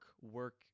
work